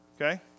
Okay